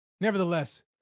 nevertheless